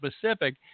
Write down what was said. Pacific